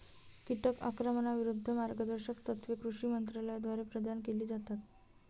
कीटक आक्रमणाविरूद्ध मार्गदर्शक तत्त्वे कृषी मंत्रालयाद्वारे प्रदान केली जातात